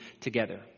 together